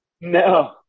No